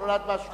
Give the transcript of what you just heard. הוא נולד באשמה,